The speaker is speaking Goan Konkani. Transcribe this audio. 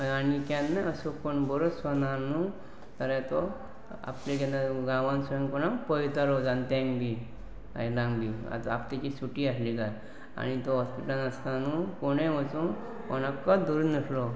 आनी केन्नााय असो कोण बरोच सो ना न्हू जाल्यार तो आपले केन्ना गांवान सवय कोणाक पळयतालो जाणट्यांक बी बायलांक बी आतां आपलीची सुटी आसली काय आनी तो हॉस्पिटला आसत न्हू कोणय वचूं कोणाकच धरून नासलो